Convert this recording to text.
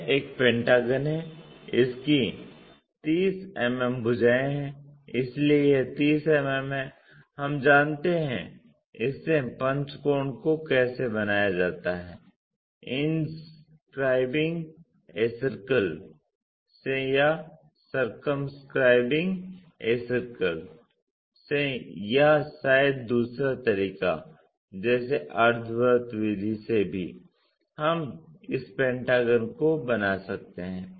यह एक पेंटागन है इसकी 30 mm भुजाएँ हैं इसलिए यह 30 mm है हम जानते हैं इससे पंचकोण को कैसे बनाया जाता है इनस्क्राइबिंग ए सर्किल से या सर्कमस्क्राइबिंग ए सर्किल से या शायद दूसरा तरीका जैसे अर्ध वृत्त विधि से भी हम इस पेंटागन को बना सकते हैं